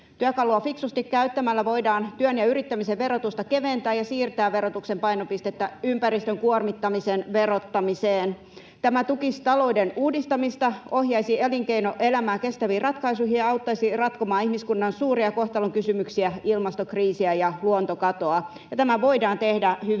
Työkalua fiksusti käyttämällä voidaan työn ja yrittämisen verotusta keventää ja siirtää verotuksen painopistettä ympäristön kuormittamisen verottamiseen. Tämä tukisi talouden uudistamista, ohjaisi elinkeinoelämää kestäviin ratkaisuihin ja auttaisi ratkomaan ihmiskunnan suuria kohtalonkysymyksiä, ilmastokriisiä ja luontokatoa, ja tämä voidaan tehdä